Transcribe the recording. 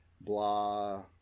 blah